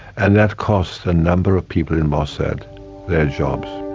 and that cost a number of people in mossad their jobs.